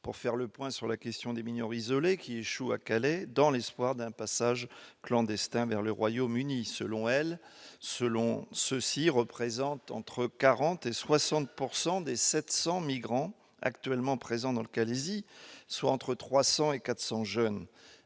pour faire le point sur la question des mineurs isolés qui échouent dans cette ville dans l'espoir d'un passage clandestin au Royaume-Uni. Selon ces associations, ces mineurs représentent entre 40 % et 60 % des 700 migrants actuellement présents dans le Calaisis, soit entre 300 et 400 jeunes.